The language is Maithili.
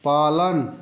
पालन